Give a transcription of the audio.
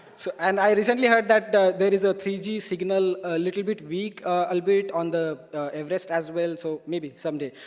so and i recently heard that there is a three g signal, a little bit weak, ah albeit on the everest as well so maybe some day.